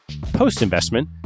Post-investment